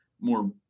more